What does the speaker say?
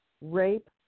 Rape